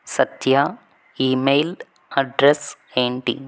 Satya email address ఏంటి